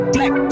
Black